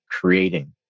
creating